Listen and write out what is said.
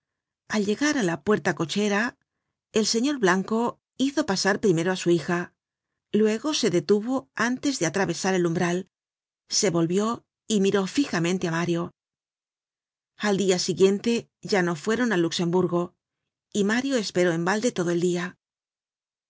al llegar á la puerta-cochera el señor blanco hizo pasar primero á su hija luego se detuvo antes de atravesar el umbral se volvió y miró fijamente á mario al dia siguiente ya no fueron al luxemburgo y mario esperó en balde todo el dia